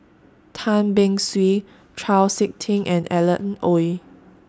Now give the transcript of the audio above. Tan Beng Swee Chau Sik Ting and Alan Oei